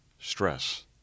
stress